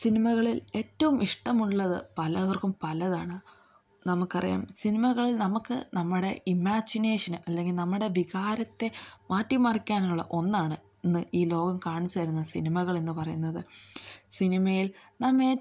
സിനിമകളിൽ ഏറ്റവും ഇഷ്ടമുള്ളത് പലവർക്കും പലതാണ് നമുക്കറിയാം സിനിമകളിൽ നമുക്ക് നമ്മുടെ ഇമാജിനേഷന് അല്ലെങ്കിൽ നമ്മുടെ വികാരത്തെ മാറ്റിമറിക്കാനുള്ള ഒന്നാണ് ഇന്ന് ഈ ലോകം കാണിച്ചുതരുന്ന സിനിമകളെന്ന് പറയുന്നത് സിനിമയിൽ നാം